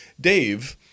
Dave